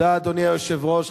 אדוני היושב-ראש,